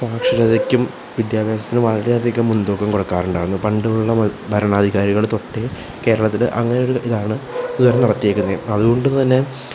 സാക്ഷരതയ്ക്കും വിദ്യാഭ്യാസത്തിനും വളരെ അധികം മുൻതൂക്കം കൊടുക്കാറുണ്ടായിരുന്നു പണ്ടുള്ള ഭരണാധികാരികൾ തൊട്ട് കേരളത്തിൽ അങ്ങനെ ഒരു ഇതാണ് ഇതാണ് എല്ലാവരും നടത്തിയിരിക്കുന്നത് അതുകൊണ്ട് തന്നെ